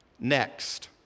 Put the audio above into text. next